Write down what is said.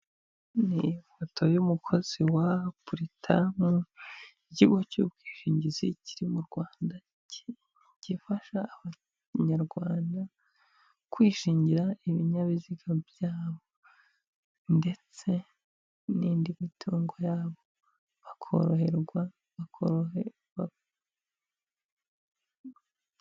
Ni ifoto y'umukozi wa buritamu, ikigo cy'ubwishingizi kiri mu Rwanda, gifasha abanyarwanda kwishingira ibinyabiziga byabo ndetse n'indi mitungo yabo bakoroherwa bako...